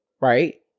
right